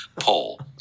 poll